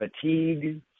fatigue